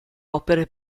opere